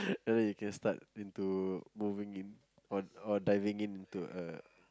like that you can start into moving in or or diving in into a